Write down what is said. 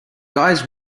guys